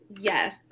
yes